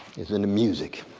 is in the music.